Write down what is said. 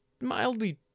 mildly